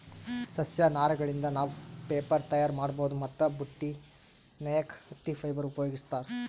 ಸಸ್ಯ ನಾರಗಳಿಂದ್ ನಾವ್ ಪೇಪರ್ ತಯಾರ್ ಮಾಡ್ಬಹುದ್ ಮತ್ತ್ ಬಟ್ಟಿ ನೇಯಕ್ ಹತ್ತಿ ಫೈಬರ್ ಉಪಯೋಗಿಸ್ತಾರ್